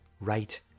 right